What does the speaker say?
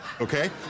Okay